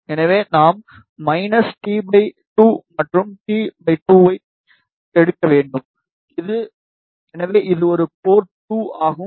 எனவே நாம் -t 2 மற்றும் t 2 ஐ எடுக்க வேண்டும் எனவே இது போர்ட் 2 ஆகும்